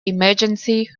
emergency